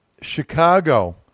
Chicago